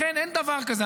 לכן, אין דבר כזה.